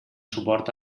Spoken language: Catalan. suport